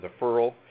deferral